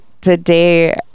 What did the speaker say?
today